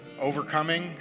overcoming